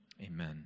Amen